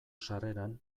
sarreran